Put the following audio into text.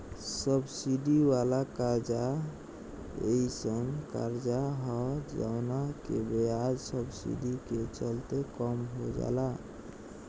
subsidy वाला कर्जा एयीसन कर्जा ह जवना के ब्याज सब्सिडी के चलते कम हो जाला